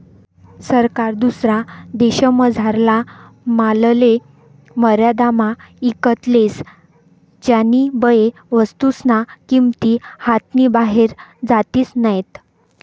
सरकार दुसरा देशमझारला मालले मर्यादामा ईकत लेस ज्यानीबये वस्तूस्न्या किंमती हातनी बाहेर जातीस नैत